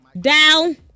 Down